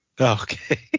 Okay